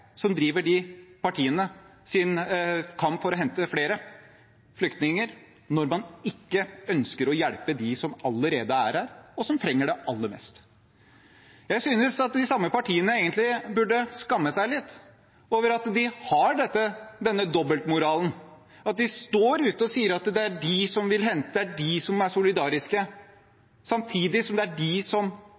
som driver de partienes kamp for å hente flere flyktninger, når man ikke ønsker å hjelpe dem som allerede er her, og som trenger det aller mest. Jeg synes de samme partiene egentlig burde skamme seg litt over denne dobbeltmoralen. De står ute og sier at det er de som vil hente, det er de som er solidariske, samtidig som det er de som